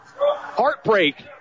Heartbreak